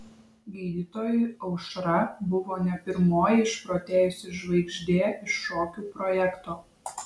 gydytojui aušra buvo ne pirmoji išprotėjusi žvaigždė iš šokių projekto